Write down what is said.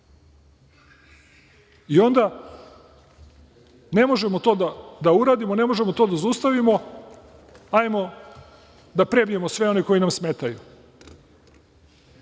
I onda ne možemo to da uradimo, ne možemo to da zaustavimo, ajmo da prebijemo sve one koji nam smetaju.